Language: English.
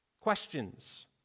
questions